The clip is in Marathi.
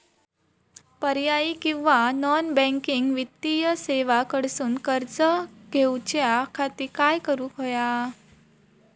पर्यायी किंवा नॉन बँकिंग वित्तीय सेवा कडसून कर्ज घेऊच्या खाती काय करुक होया?